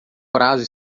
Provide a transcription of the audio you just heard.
prazo